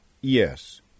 Yes